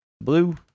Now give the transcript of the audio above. Blue